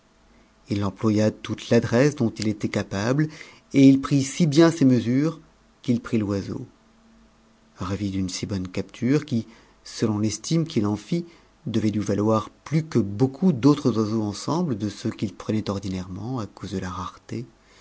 il employa toute l'adresse dont il était capable et il prit si bien ses mesures qu'il prit t'oiscau d'une si bonne capture qui selon l'estime qu'il en fit devait lui valoir plus que beaucoup d'autres oiseaux ensemble de ceux qu'il prenait ordinairement à cause de fa rareté